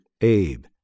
Abe